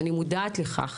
אני מודעת לכך